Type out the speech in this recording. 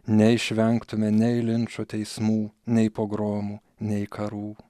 neišvengtume nei linčo teismų nei pogromų nei karų